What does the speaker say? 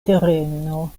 tereno